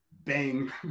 bang